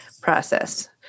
process